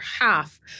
half